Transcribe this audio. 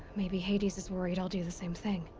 maybe hades is worried i'll do the same thing.